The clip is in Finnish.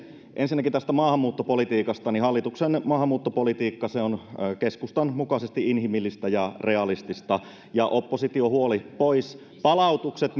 ensinnäkin tästä maahanmuuttopolitiikasta hallituksen maahanmuuttopolitiikka on keskustan mukaisesti inhimillistä ja realistista ja oppositio huoli pois palautukset